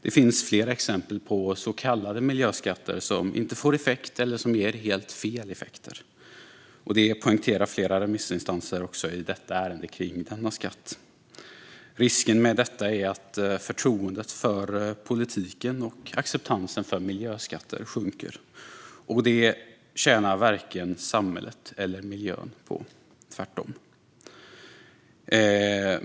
Det finns flera exempel på så kallade miljöskatter som inte får effekt eller som ger helt fel effekter. Det poängterar flera remissinstanser i detta ärende kring denna skatt. Risken med detta är att förtroendet för politiken och acceptansen för miljöskatter sjunker. Det tjänar varken samhället eller miljön på - tvärtom.